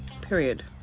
period